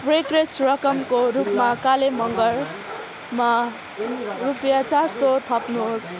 brokerage रकमको रूपमा काले मगरमा रुपियाँ चार सय थप्नुहोस्